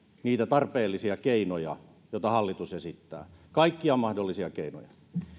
niitä tarpeellisia keinoja joita hallitus esittää kaikkia mahdollisia keinoja